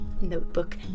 notebook